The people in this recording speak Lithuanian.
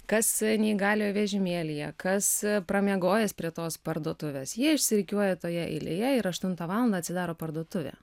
kas neįgaliojo vežimėlyje kas pramiegojęs prie tos parduotuvės jie išsirikiuoja toje eilėje ir aštuntą valandą atsidaro parduotuvė